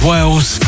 Wales